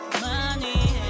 money